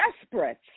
desperate